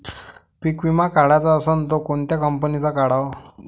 पीक विमा काढाचा असन त कोनत्या कंपनीचा काढाव?